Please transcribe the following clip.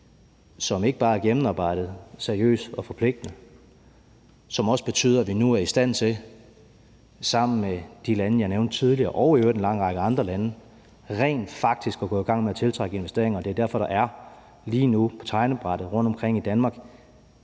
som ikke bare er gennemarbejdet, seriøs og forpligtende, men som også betyder, at vi nu sammen med de lande, jeg nævnte tidligere, og i øvrigt en lang række andre lande, rent faktisk er i stand til at gå i gang med at tiltrække investeringer. Det er derfor, der lige nu på tegnebrættet rundomkring i Danmark